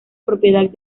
propiedad